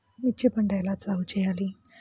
మిర్చి పంట ఎలా సాగు చేయాలి?